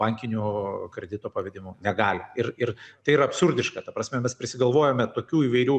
bankiniu kredito pavedimu negali ir ir tai yra absurdiška ta prasme mes prisigalvojame tokių įvairių